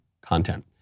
content